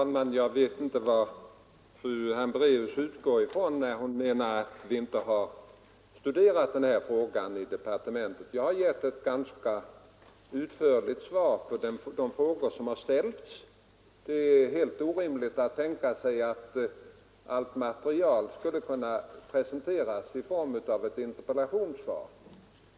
Herr talman! Fru Hambraeus utgår från att vi inte har studerat den här saken i departementet. Jag har gett ett ganska utförligt svar på de frågor som ställts. Det är helt orimligt att tänka sig att allt material skulle kunna presenteras i form av ett interpellationssvar.